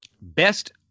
Best